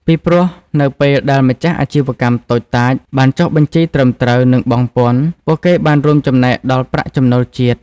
ពីព្រោះនៅពេលដែលម្ចាស់អាជីវកម្មតូចតាចបានចុះបញ្ជីត្រឹមត្រូវ និងបង់ពន្ធ ពួកគេបានរួមចំណែកដល់ប្រាក់ចំណូលជាតិ។